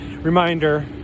reminder